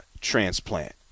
transplant